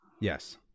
Yes